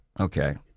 Okay